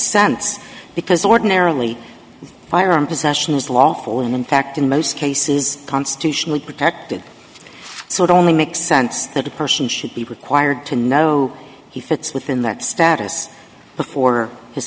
sense because ordinarily firearm possession is lawful and in fact in most cases constitutionally protected so it only makes sense that a person should be required to know he fits within that status before